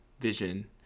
Vision